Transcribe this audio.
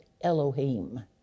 Elohim